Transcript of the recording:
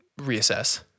reassess